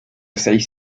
seis